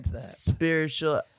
spiritual